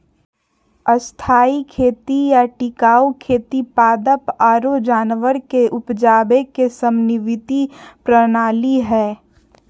स्थायी खेती या टिकाऊ खेती पादप आरो जानवर के उपजावे के समन्वित प्रणाली हय